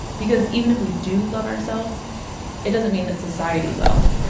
because even if we do love ourselves it doesn't mean that society will.